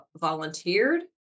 volunteered